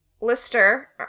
Lister